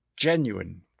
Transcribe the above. genuine